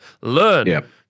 learn